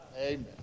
Amen